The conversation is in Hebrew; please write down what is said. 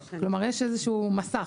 כלומר יש איזשהו מסך,